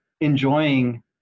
enjoying